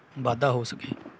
ਵਾਧਾ ਹੋ ਸਕੇ